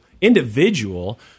individual